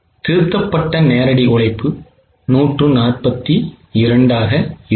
திருத்தப்பட்ட நேரடி உழைப்பு 142 ஆக இருக்கும்